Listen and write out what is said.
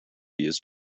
used